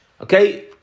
Okay